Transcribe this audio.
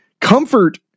comfort